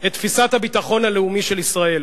את תפיסת הביטחון הלאומי של ישראל.